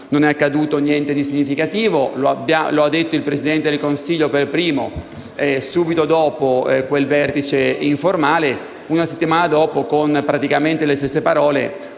non è accaduto niente di significativo, come ha detto per primo il Presidente del Consiglio, subito dopo quel vertice informale. Una settimana dopo, praticamente con le stesse parole,